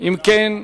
אם כן,